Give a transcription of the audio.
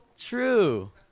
true